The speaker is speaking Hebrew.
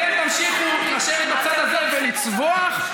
אתם תמשיכו לשבת בצד הזה ולצווח,